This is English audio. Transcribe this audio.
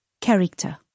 character